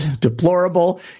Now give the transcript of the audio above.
deplorable